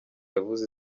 yavuze